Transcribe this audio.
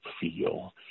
feel